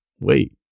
wait